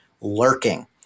lurking